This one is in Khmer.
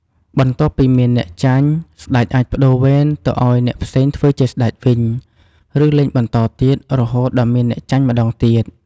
បន្ទាប់ពីមានអ្នកចាញ់ ស្តេចអាចប្តូរវេនទៅឱ្យអ្នកផ្សេងធ្វើជាស្តេចវិញ ឬលេងបន្តទៀតរហូតដល់មានអ្នកចាញ់ម្ដងទៀត។